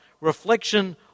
reflection